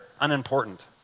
unimportant